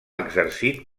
exercit